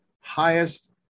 highest